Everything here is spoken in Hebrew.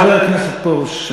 חבר הכנסת פרוש,